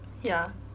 ya